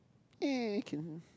eh can